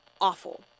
awful